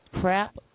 crap